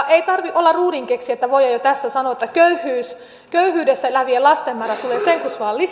ei tarvitse olla ruudinkeksijä että voi jo tässä sanoa että köyhyydessä elävien lasten määrä tulee sen kus vaan